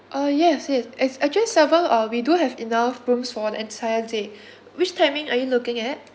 uh yes yes it's actually seven uh we do have enough rooms for the entire day which timing are you looking at